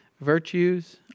Virtues